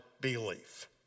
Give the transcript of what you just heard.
belief